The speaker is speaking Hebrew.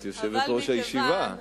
את יושבת-ראש הישיבה.